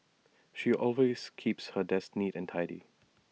she always keeps her desk neat and tidy